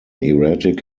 erratic